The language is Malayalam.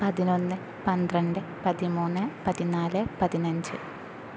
പതിനൊന്ന് പന്ത്രണ്ട് പതിമൂന്ന് പതിനാല് പതിനഞ്ച്